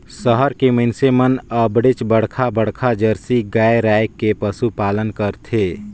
सहर के मइनसे मन हर अबड़ेच बड़खा बड़खा जरसी गाय रायख के पसुपालन करथे